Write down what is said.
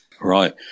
Right